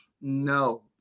No